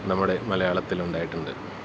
നമ്മുടെ മലയാളത്തിലുണ്ടായിട്ടുണ്ട്